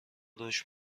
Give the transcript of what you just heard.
رشد